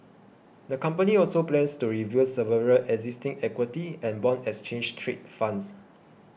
the company also plans to review several existing equity and bond exchange trade funds